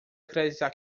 acreditar